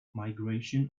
migration